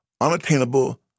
unattainable